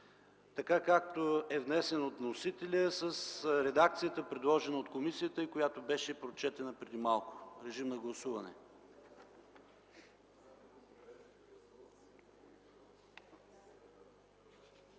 така, както е внесен от вносителя с редакцията, предложена от комисията, която беше прочетена преди малко. Колеги, гласувайте,